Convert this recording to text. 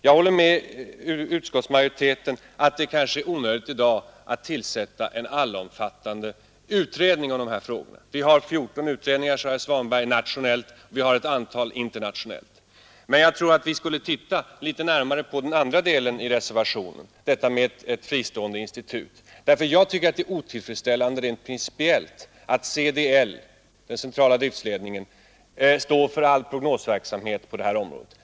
Jag håller med utskottsmajoriteten om att det är onödigt att i dag tillsätta en allomfattande utredning av dessa frågor. Vi har 14 utredningar nationellt, sade herr Svanberg, och vi har ännu flera internationellt. Men vi borde titta litet närmare på den andra delen i reservationen, detta med ett fristående institut. Rent principiellt är det otillfredsställande att CDL, den centrala driftledningen, står för all prognosverksamhet på detta område.